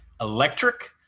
electric